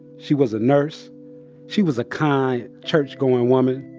she was a nurse she was a kind, churchgoing woman.